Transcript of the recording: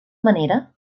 manera